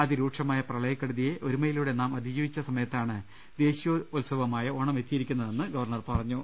അതിരൂക്ഷമായ പ്രളയക്കെടുതിയെ ഒരുമയിലൂടെ നാം അതി ജീവിച്ച സമയത്താണ് ദേശീയോത്സവമായ ഓണം എത്തിയിരിക്കു ന്നതെന്ന് ഗവർണർ പറഞ്ഞു